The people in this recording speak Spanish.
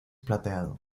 plateado